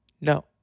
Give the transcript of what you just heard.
No